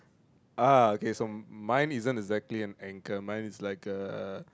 ah okay so mine isn't exactly an anchor mine is like a